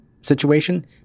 situation